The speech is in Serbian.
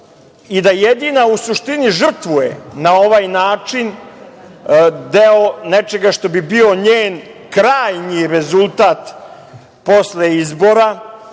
i da jedina u suštini žrtvuje na ovaj način deo nečega što bi bio njen krajnji rezultat posle izbora